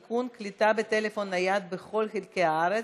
(תיקון, קליטה בטלפון נייד בכל חלקי הארץ),